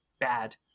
bad